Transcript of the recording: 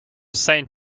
saint